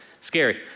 scary